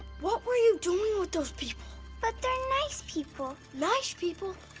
what were you doing with those people? but, they are nice people. nice people?